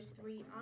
Three